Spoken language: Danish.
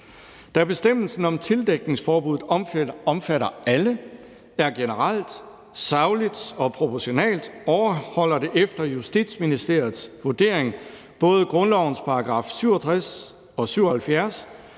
Da bestemmelsen om tildækningsforbuddet omfatter alle og er generel, saglig og proportional, overholder den efter Justitsministeriets vurdering både grundlovens § 67 og §